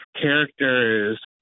characters